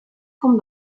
com